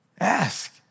Ask